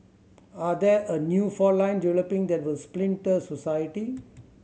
are there a new fault lines developing that will splinter society